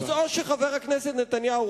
אז או שחבר הכנסת נתניהו,